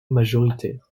majoritaire